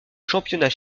championnat